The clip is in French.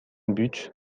but